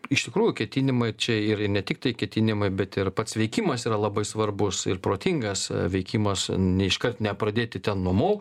iš tikrųjų ketinimai čia ir ne tiktai ketinimai bet ir pats veikimas yra labai svarbus ir protingas veikimas neiškart nepradėti ten nuo mo